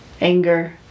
anger